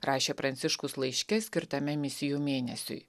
rašė pranciškus laiške skirtame misijų mėnesiui